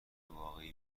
واقعی